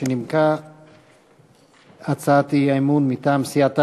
שנימקה הצעת אי-אמון מטעם סיעת העבודה.